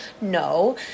No